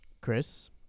Chris